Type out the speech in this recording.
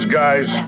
guys